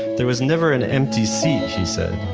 there was never an empty seat, she said.